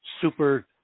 super